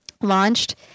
launched